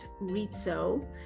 Rizzo